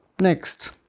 Next